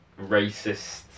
racist